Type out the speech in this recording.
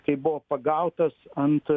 kai buvo pagautas ant